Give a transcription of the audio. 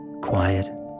Quiet